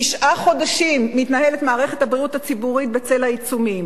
תשעה חודשים מתנהלת מערכת הבריאות הציבורית בצל העיצומים: